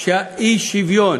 שהאי-שוויון